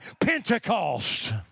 Pentecost